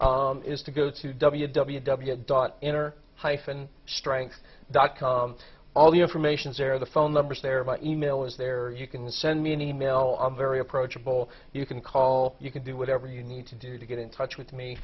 is to go to w w w dot enter hyphen strength dot com all the information is there the phone numbers there my email is there you can send me an email i'm very approachable you can call you can do whatever you need to do to get in touch with me